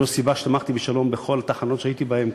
זו הסיבה שתמכתי בשלום בכל התחנות שהייתי בהן,